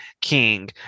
king